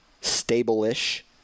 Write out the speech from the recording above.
stable-ish